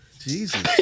Jesus